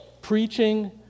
preaching